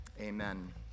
Amen